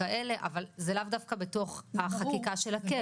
אבל זה לאו דווקא בתוך החקיקה של הקאפ.